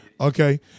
okay